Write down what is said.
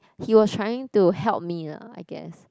he was trying to help me lah I guess